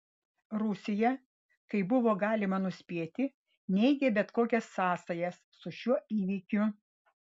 rusija kaip buvo galima nuspėti neigė bet kokias sąsajas su šiuo įvykiu